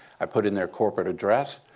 i put in their corporate address.